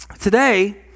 Today